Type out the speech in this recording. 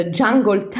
jungle